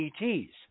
ETs